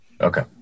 Okay